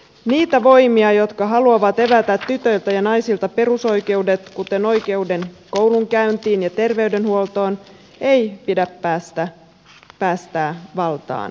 niitä voimia jotka haluavat evätä tytöiltä ja naisilta perusoikeudet kuten oikeuden koulunkäyntiin ja terveydenhuoltoon ei pidä päästää valtaan